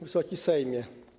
Wysoki Sejmie!